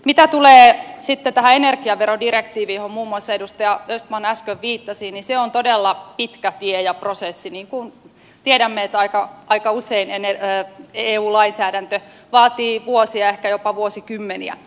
mitä tulee sitten tähän energiaverodirektiiviin johon muun muassa edustaja östman äsken viittasi niin se on todella pitkä tie ja prosessi niin kuin tiedämme että aika usein eu lainsäädäntö vaatii vuosia ehkä jopa vuosikymmeniä